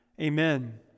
Amen